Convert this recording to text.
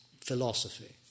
philosophy